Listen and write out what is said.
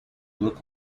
look